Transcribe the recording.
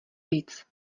víc